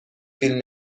فیلم